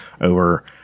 Over